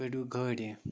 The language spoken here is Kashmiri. کٔڑِو گٲڑی